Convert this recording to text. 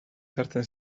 sartzen